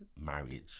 marriage